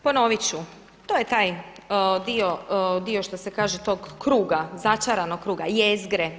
Ponovit ću, to je taj dio što se kaže tog kruga začaranog kruga, jezgre.